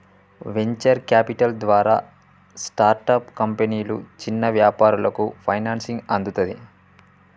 venture capital ద్వారా startup కంపెనీలు, చిన్న వ్యాపారాలకు ఫైనాన్సింగ్ అందుతది